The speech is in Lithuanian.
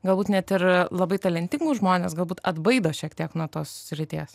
galbūt net ir labai talentingus žmones galbūt atbaido šiek tiek nuo tos srities